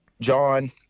John